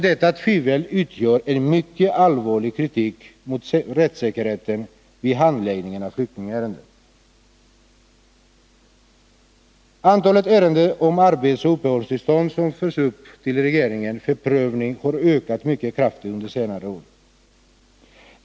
Detta tvivel utgör en mycket allvarlig kritik mot rättssäkerheten vid handläggningen av flyktingärenden. Antalet ärenden om arbetsoch uppehållstillstånd som förs upp till regeringen för prövning har ökat mycket kraftigt under senare år.